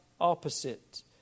opposite